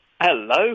hello